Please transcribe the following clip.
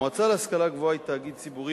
המועצה להשכלה גבוהה היא תאגיד ציבורי